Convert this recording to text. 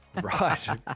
Right